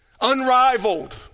unrivaled